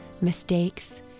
mistakes